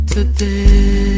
Today